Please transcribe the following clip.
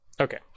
Okay